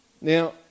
Now